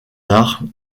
arts